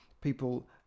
people